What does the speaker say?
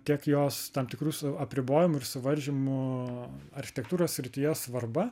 tiek jos tam tikrų su apribojimų ir suvaržymų architektūros srityje svarba